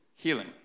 Healing